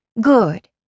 Good